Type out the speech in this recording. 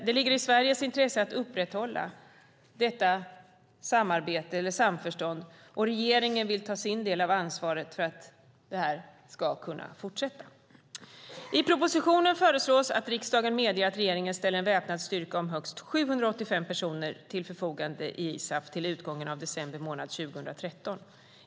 Det ligger i Sveriges intresse att upprätthålla detta samförstånd, och regeringen vill ta sin del av ansvaret för att det ska kunna fortsätta. I propositionen föreslås att riksdagen medger att regeringen ställer en väpnad styrka om högst 785 personer till förfogande i ISAF till utgången av december månad 2013.